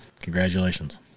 Congratulations